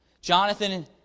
Jonathan